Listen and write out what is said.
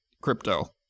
crypto